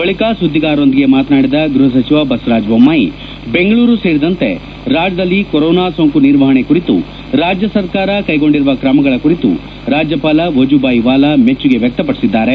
ಬಳಿಕ ಸುದ್ದಿಗಾರರೊಂದಿಗೆ ಮಾತನಾಡಿದ ಗ್ವಹ ಸಚಿವ ಬಸವರಾಜ ಬೊಮ್ಮಾಯಿ ಬೆಂಗಳೂರು ಸೇರಿದಂತೆ ರಾಜ್ಯದಲ್ಲಿ ಕೊರೋನಾ ಸೋಂಕು ನಿರ್ವಹಣೆ ಕುರಿತು ರಾಜ್ಯ ಸರ್ಕಾರ ಕೈಗೊಂಡಿರುವ ಕ್ರಮಗಳ ಕುರಿತು ರಾಜ್ಯಪಾಲ ವಜೂಬಾಯಿ ವಾಲಾ ಮೆಚ್ಚುಗೆ ವ್ಯಕ್ತಪಡಿಸಿದ್ದಾರೆ